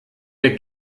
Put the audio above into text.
der